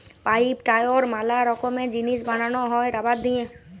pipe, tyre ম্যালা রকমের জিনিস বানানো হ্যয় রাবার দিয়ে